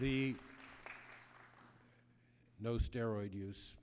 the no steroid use